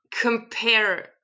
compare